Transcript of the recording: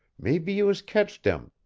maybee you is catch dem,